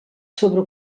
sobre